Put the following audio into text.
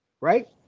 right